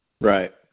Right